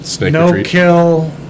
no-kill